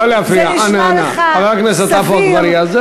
בסוף, מה זה, לא להפריע, חבר הכנסת עפו אגבאריה.